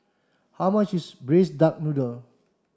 how much is braised duck noodle